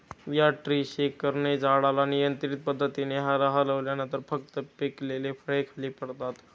या ट्री शेकरने झाडाला नियंत्रित पद्धतीने हलवल्यावर फक्त पिकलेली फळे खाली पडतात